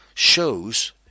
shows